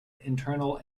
internal